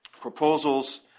proposals